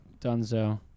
Dunzo